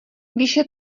výše